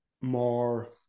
more